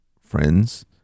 friends